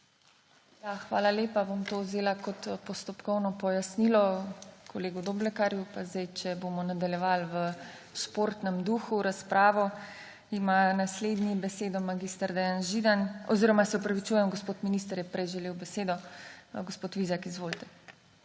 Hvala lepa. Bom to vzela kot postopkovno pojasnilo kolegu Doblekarju. Če bomo nadaljevali v športnem duhu razpravo, ima naslednji besedo mag. Dejan Židan, oziroma se opravičujem, gospod minister je prej želel besedo. Gospod Vizjak, izvolite.